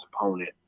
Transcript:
opponent